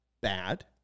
bad